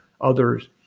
others